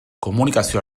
komunikazio